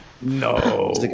No